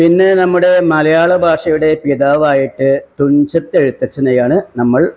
പിന്നെ നമ്മുടെ മലയാള ബാഷയുടെ പിതാവായിട്ട് തുഞ്ചത്ത് എഴുത്തച്ഛനെയാണ് നമ്മൾ